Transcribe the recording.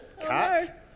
cat